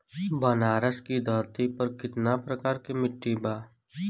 बनारस की धरती पर कितना प्रकार के मिट्टी बा?